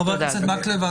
חבר הכנסת מקלב.